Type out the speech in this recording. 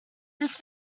this